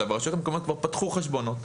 הרשויות המקומיות כבר פתחו חשבונות.